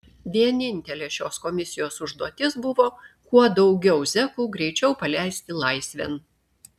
vienintelė šios komisijos užduotis buvo kuo daugiau zekų greičiau paleisti laisvėn